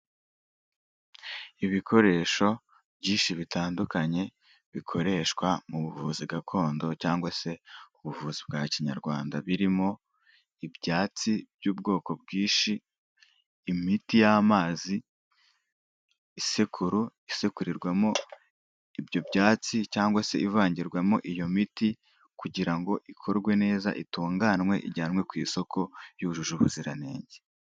Ibikoresho byinshi bitandukanye, bikoreshwa mu buvuzi gakondo cyangwag se ubuvuzi bwa kinyarwanda, birimo ibyatsi by'ubwoko bwinshi, imiti y'amazi, isekuru isekurirwamo ibyo byatsi cyangwa se ivangirwamo iyo miti kugira ngo ikorwe neza, itunganwe, ijyanwe ku isoko yujuje ubuziranenge.